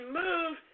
move